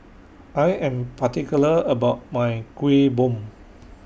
I Am particular about My Kuih Bom